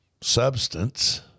substance